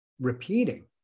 repeating